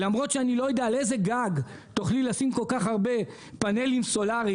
למרות שאני לא יודע על איזה גג תוכלי לשים כל כך הרבה פאנלים סולאריים,